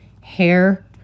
hair